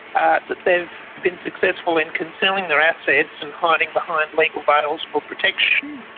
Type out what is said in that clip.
ah that they've been successful in concealing their assets and hiding behind legal veils for protection.